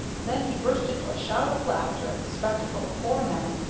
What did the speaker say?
then he burst into a shout of laughter at the spectacle of four men,